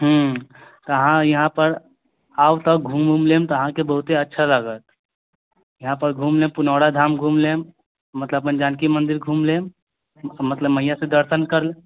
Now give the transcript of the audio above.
हूँ कहाँ यहाँ पर आब तऽ घूम ऊम लेम त अहाँके बहुते अच्छा लागत यहाँ पर घूम लेम पुनौरा धाम घूम लेम मतलब अपन जानकी मन्दिर घूम लेम मतलब मैया के दर्शन कर